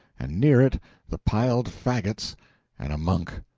and near it the piled fagots and a monk.